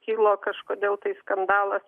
kilo kažkodėl tai skandalas